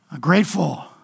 Grateful